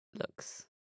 looks